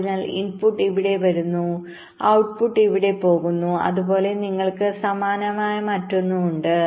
അതിനാൽ ഇൻപുട്ട് ഇവിടെ വരുന്നു ഔട്ട്പുട് ഇവിടെ നിന്ന് പോകുന്നു അതുപോലെ നിങ്ങൾക്ക് സമാനമായ മറ്റൊന്ന് ഉണ്ട്